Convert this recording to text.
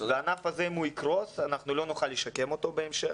אם הענף הזה יקרוס יהיה מאוד קשה לשקם אותו בהמשך.